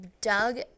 Doug